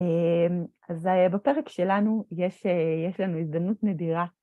אז בפרק שלנו יש לנו הזדמנות נדירה.